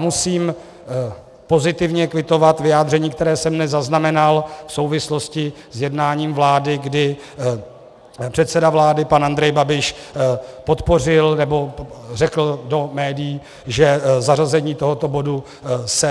Musím pozitivně kvitovat vyjádření, které jsem dnes zaznamenal v souvislosti s jednáním vlády, kdy předseda vlády pan Andrej Babiš podpořil, nebo řekl do médií, že zařazení tohoto bodu